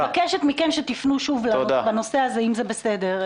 אני מבקשת מכם שתפנו שוב בנושא הזה, אם זה בסדר.